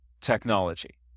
technology